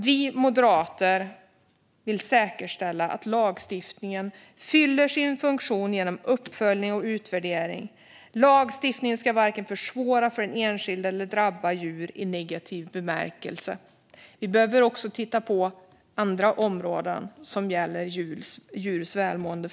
Vi moderater vill säkerställa att lagstiftningen fyller sin funktion genom uppföljning och utvärdering. Lagstiftningen ska varken försvåra för den enskilde eller drabba djur i negativ bemärkelse. Vi behöver också framöver titta på andra områden som gäller djurs välmående.